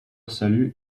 salut